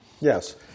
Yes